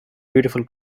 beautiful